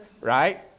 Right